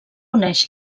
uneix